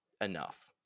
enough